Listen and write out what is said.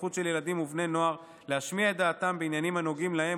הזכות של ילדים ובני נוער להשמיע את דעתם בעניינים הנוגעים להם